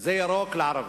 "זה ירוק לערבים."